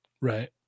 right